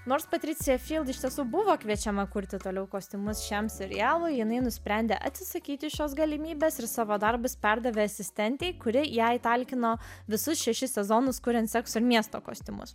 nors patricija iš tiesų buvo kviečiama kurti toliau kostiumus šiam serialui jinai nusprendė atsisakyti šios galimybės ir savo darbus perdavė asistentei kuri jai talkino visus šešis sezonus kuriant sekso ir miesto kostiumus